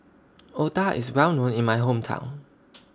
Otah IS Well known in My Hometown